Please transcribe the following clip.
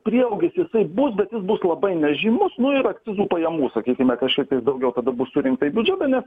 prieaugis jisai bus bet jis bus labai nežymus nu ir akcizų pajamų sakykime kažkiek tais daugiau tada bus surinkta į biudžetą nes